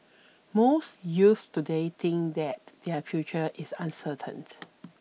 most youths today think that their future is uncertain